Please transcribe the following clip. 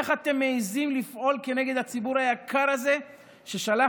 איך אתם מעיזים לפעול כנגד הציבור היקר הזה ששלח